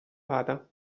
vada